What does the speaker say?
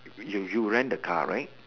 you you rent the car right